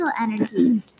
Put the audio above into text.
energy